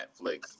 Netflix